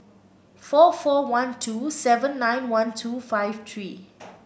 four four one two seven nine one two five three